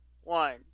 One